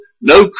no